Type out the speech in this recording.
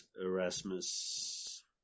Erasmus